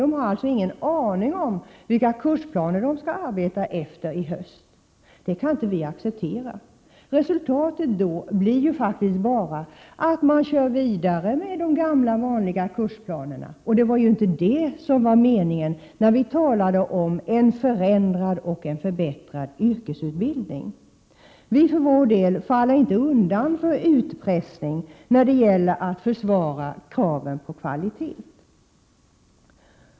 De har alltså ingen aning om vilka kursplaner de skall arbeta efter i höst. Det kan vi inte acceptera. Resultatet blir faktiskt bara att man kör vidare med de gamla vanliga kursplanerna, och det var inte det som var meningen när vi talade om en förändrad och förbättrad yrkesutbildning. Vi för vår del faller inte undan för utpressning när det gäller att försvara kraven på kvalitet.